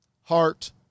heart